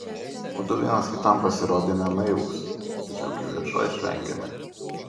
mudu vienas kitam pasirodėme naivūs tačiau kivirčo išvengėme